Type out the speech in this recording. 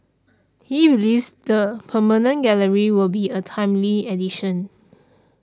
he believes the permanent gallery will be a timely addition